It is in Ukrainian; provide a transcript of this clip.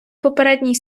попередній